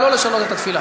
או לא לשנות את התפילה?